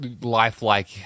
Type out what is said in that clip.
lifelike